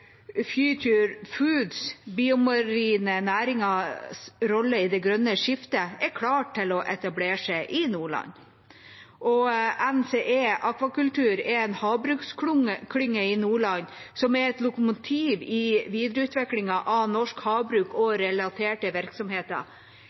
FOODS – Biomarine næringers rolle i det grønne skiftet, er klar til å etablere seg i Nordland. NCE Aquaculture er en havbruksklynge i Nordland, som er et lokomotiv i videreutviklingen av norsk havbruk og